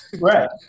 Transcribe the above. Right